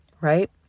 right